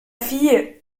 fille